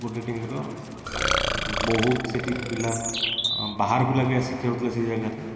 ଗୋଟେ ଟିମ୍ର ବହୁତ ସେଠି ପିଲା ବାହାର ପିଲା ବି ଆସିକି ଖେଳୁଥିଲେ ସେଇ ଜାଗାରେ